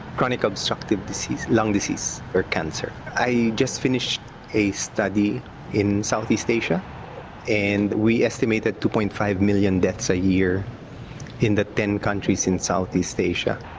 chronic obstructive disease, lung disease or cancer. i've just finished a study in south-east asia and we estimate that two. five million deaths a year in the ten countries in south-east asia,